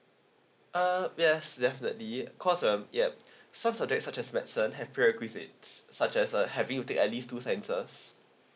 uh yes definitely cause um yup some subject such as medicine have prerequisites such as uh having you take at least two sciences